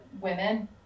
women